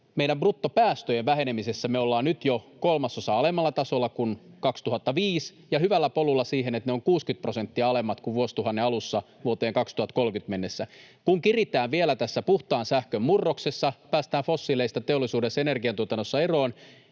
meidän bruttopäästöjen vähenemisessä olemme nyt jo kolmasosan alemmalla tasolla kuin 2005 ja hyvällä polulla siihen, että ne ovat 60 prosenttia alemmat kuin vuosituhannen alussa vuoteen 2030 mennessä. Kun kiritään vielä tässä puhtaan sähkön murroksessa, päästään fossiileista teollisuudessa ja energiantuotannossa eroon,